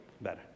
better